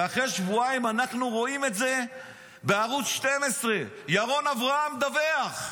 ואחרי שבועיים אנחנו רואים את זה בערוץ 12. ירון אברהם מדווח.